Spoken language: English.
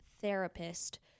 therapist